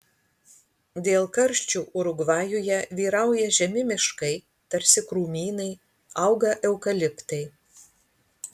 dėl karščių urugvajuje vyrauja žemi miškai tarsi krūmynai auga eukaliptai